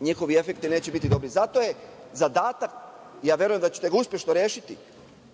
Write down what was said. njihovi efekti neće biti dobri. Zato je zadatak, i verujem da ćete ga uspešno rešiti,